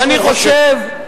ואני חושב,